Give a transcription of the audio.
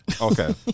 Okay